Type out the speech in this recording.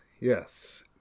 yes